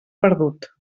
perdut